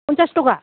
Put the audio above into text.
पन्सास ताका